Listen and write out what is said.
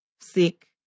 sick